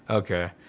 okay.